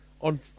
on